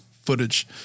footage